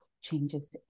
changes